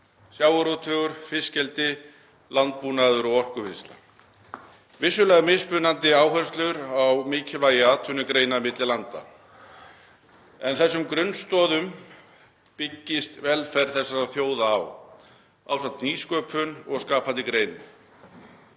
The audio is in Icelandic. sjávarútvegur og fiskeldi, landbúnaður og orkuvinnsla. Vissulega eru mismunandi áherslur á mikilvægi atvinnugreina milli landa en á þessum grunnstoðum byggist velferð þessara þjóða ásamt nýsköpun og skapandi greinar.